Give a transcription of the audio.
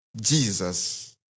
Jesus